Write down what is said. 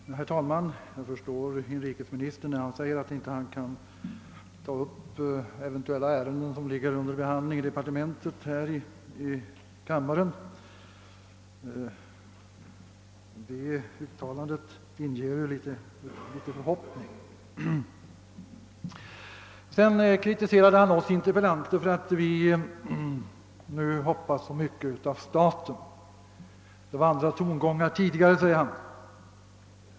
Herr talman! Jag förstår inrikesministern när han säger att han inte här i kammaren kan ta upp ärenden som eventuellt behandlas i departementet — det uttalandet inger dock ett litet hopp. Inrikesministern kritiserade oss interpellanter för att vi nu hoppas så mycket av staten. Det var andra tongångar tidigare, sade han.